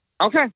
Okay